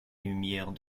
lumières